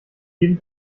jeden